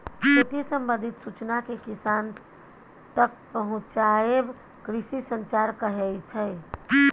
खेती संबंधित सुचना केँ किसान तक पहुँचाएब कृषि संचार कहै छै